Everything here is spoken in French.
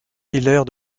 hilaire